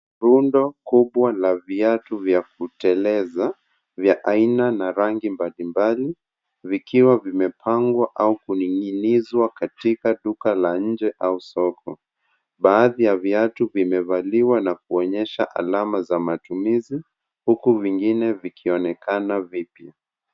Rundo kubwa la viatu vya kuteleza vya aina na rangi mbalimbali, vikiwa vimepangwa au kuning'inizwa katika duka la nje au soko. Baadhi ya viatu vimevaliwa na kuonyesha alama za matumizi huku vingine vikionekana vipya.